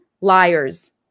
liars